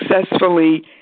successfully